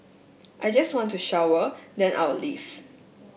I just want to shower then I'll leave